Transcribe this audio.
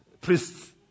priests